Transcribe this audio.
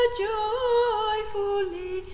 joyfully